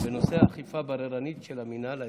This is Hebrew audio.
בנושא אכיפה בררנית של המינהל האזרחי.